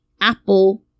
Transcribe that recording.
apple